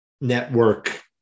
network